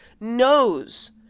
knows